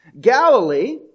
Galilee